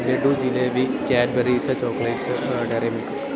laddu jalebi Cadbury's chocolates Dairy milk